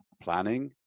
planning